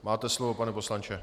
Máte slovo, pane poslanče.